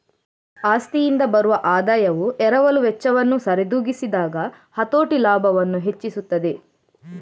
ಆಸ್ತಿಯಿಂದ ಬರುವ ಆದಾಯವು ಎರವಲು ವೆಚ್ಚವನ್ನು ಸರಿದೂಗಿಸಿದಾಗ ಹತೋಟಿ ಲಾಭವನ್ನು ಹೆಚ್ಚಿಸುತ್ತದೆ